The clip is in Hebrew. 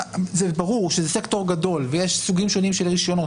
ברור שזה סקטור גדול ויש סוגים שונים של רישיונות,